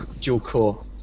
dual-core